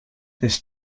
this